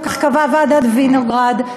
כך קבעה ועדת וינוגרד,